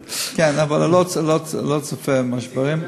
כן, אבל לא צופה משברים.